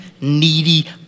needy